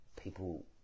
people